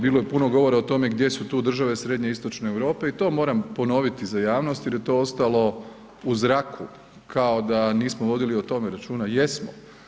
Bilo je puno govora o tome gdje su tu države srednjoistočne Europe i to moram ponoviti za javnost jer je to ostalo u zraku kao da nismo vodili o tome računa, jesmo.